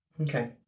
Okay